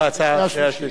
בקריאה השלישית.